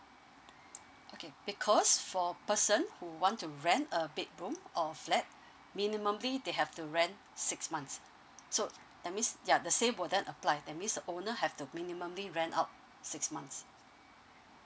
okay because for person who want to rent a bedroom or flat they have to rent six months so that means ya the same will then apply that means owner have to rent out six months